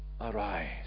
arise